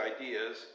ideas